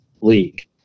League